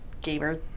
gamer